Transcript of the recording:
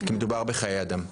כי מדובר בחיי אדם.